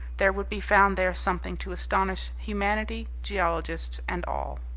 there would be found there something to astonish humanity, geologists and all.